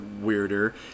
weirder